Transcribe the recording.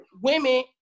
women